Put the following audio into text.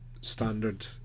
standard